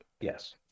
Yes